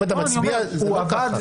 אם אתה מצביע זה לא ככה.